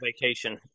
vacation